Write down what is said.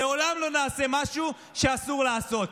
לעולם לא נעשה משהו שאסור לעשות.